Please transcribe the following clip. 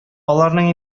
аларның